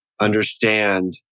understand